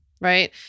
right